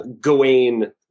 Gawain